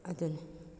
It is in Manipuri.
ꯑꯗꯨꯅꯤ